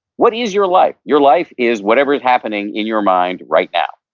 what is your life? your life is whatever is happening in your mind right now.